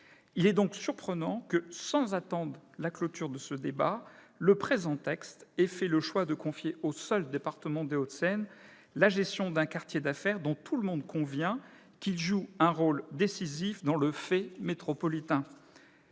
Il est donc surprenant que, sans attendre la clôture de ce débat, le présent texte ait fait le choix de confier au seul département des Hauts-de-Seine la gestion d'un quartier d'affaires dont tout le monde convient qu'il joue un rôle décisif dans le fait métropolitain.